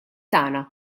tagħna